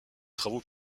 travaux